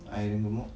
iron gemok